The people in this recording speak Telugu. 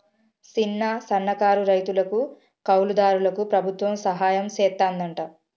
సిన్న, సన్నకారు రైతులకు, కౌలు దారులకు ప్రభుత్వం సహాయం సెత్తాదంట